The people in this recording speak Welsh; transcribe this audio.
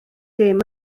dim